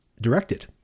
directed